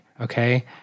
okay